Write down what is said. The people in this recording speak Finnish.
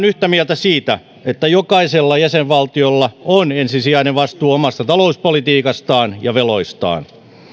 yhtä mieltä siitä että jokaisella jäsenvaltiolla on ensisijainen vastuu omasta talouspolitiikastaan ja veloistaan